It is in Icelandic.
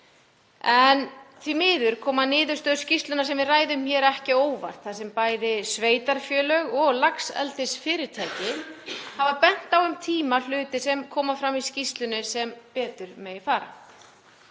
en því miður koma niðurstöður skýrslunnar sem við ræðum hér ekki á óvart þar sem bæði sveitarfélög og laxeldisfyrirtæki hafa um tíma bent á hluti sem koma fram í skýrslunni sem betur megi fara.